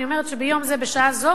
אני אומרת שביום זה בשעה זו